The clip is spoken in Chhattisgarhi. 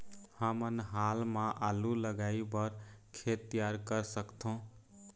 हमन हाल मा आलू लगाइ बर खेत तियार कर सकथों?